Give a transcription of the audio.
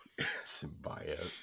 Symbiote